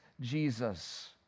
Jesus